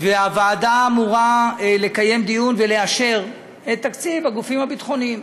והוועדה אמורה לקיים דיון ולאשר את תקציב הגופים הביטחוניים.